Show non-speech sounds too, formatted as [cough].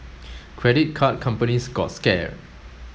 [noise] credit card companies got scared